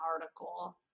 article